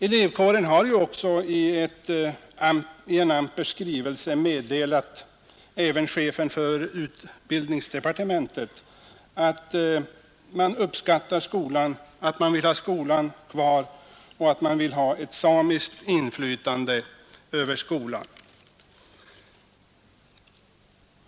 Elevkåren har också i en amper skrivelse meddelat även chefen för utbildningsdepartementet att man uppskattar skolan, att man önskar ha den kvar och att man vill ha ett samiskt inflytande över skolan.